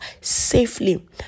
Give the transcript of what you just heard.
safely